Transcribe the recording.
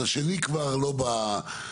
אז השני כבר לא ב"לופ".